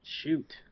Shoot